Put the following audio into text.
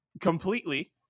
completely